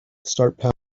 start